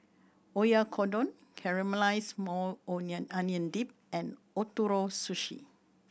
Oyakodon Caramelized Maui Onion Dip and Ootoro Sushi